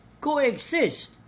coexist